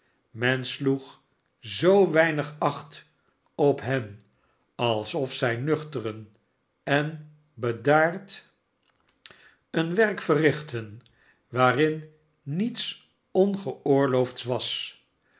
men sloeg zoo weinig acht op hen alsof zij nuchteren en bedaard een werk verrichtten waarin niets ongeoorloofds was